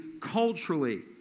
culturally